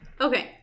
Okay